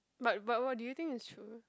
but but what do you think is true